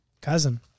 Cousin